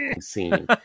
scene